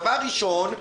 דבר ראשון,